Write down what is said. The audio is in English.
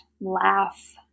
laugh